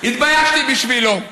התביישתי בשבילו.